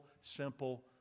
simple